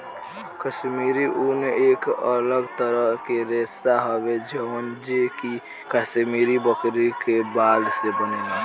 काश्मीरी ऊन एक अलग तरह के रेशा हवे जवन जे कि काश्मीरी बकरी के बाल से बनेला